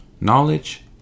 knowledge